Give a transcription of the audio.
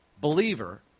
Believer